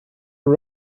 tom